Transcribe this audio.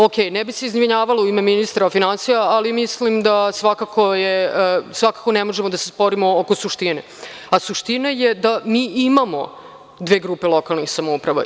Okej, ne bih se izvinjavala u ime ministra finansija, ali mislim da svakako ne možemo da se sporimo oko suštine, a suština je da mi imamo dve grupe lokalnih samouprava.